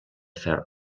ferro